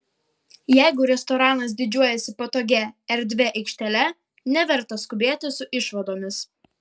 jeigu restoranas didžiuojasi patogia erdvia aikštele neverta skubėti su išvadomis